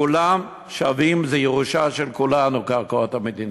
כולם שווים, זה ירושה של כולנו, קרקעות המדינה.